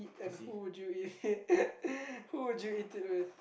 and who would you eat who would you eat it with